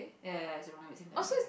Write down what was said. ya is a wrong with same timing